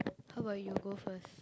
how about you go first